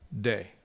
day